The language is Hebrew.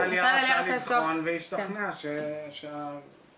משרד העלייה רצה לבחון והשתכנע שהסנטר